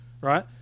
right